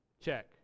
Check